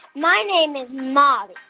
my name is marvin.